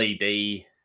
LED